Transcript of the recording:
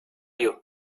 you